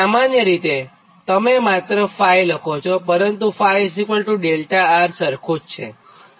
સામાન્ય રીતેતમે માત્ર 𝜑 લખો છોપરંતુ 𝜑𝛿𝑅 પણ સરખું જ છે